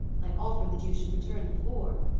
i offered that you should return before.